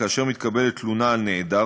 כאשר מתקבלת תלונה על נעדר,